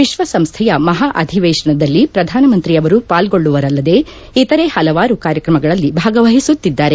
ವಿಶ್ವಸಂಸ್ನೆಯ ಮಹಾ ಅಧಿವೇಶನದಲ್ಲಿ ಪ್ರಧಾನಮಂತ್ರಿ ಅವರು ಪಾಲ್ಗೊಳ್ದುವರಲ್ಲದೆ ಇತರೆ ಹಲವಾರು ಕಾರ್ಯಕ್ರಮಗಳಲ್ಲಿ ಭಾಗವಹಿಸುತ್ತಿದ್ದಾರೆ